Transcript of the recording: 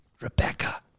Rebecca